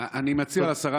אני מציע לשרה,